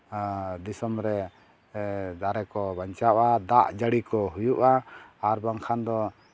ᱫᱤᱥᱚᱢ ᱨᱮ ᱫᱟᱨᱮ ᱠᱚ ᱵᱟᱧᱪᱟᱜᱼᱟ ᱫᱟᱜ ᱡᱟᱹᱲᱤ ᱠᱚ ᱦᱩᱭᱩᱜᱼᱟ ᱟᱨ ᱵᱟᱝᱠᱷᱟᱱ ᱫᱚ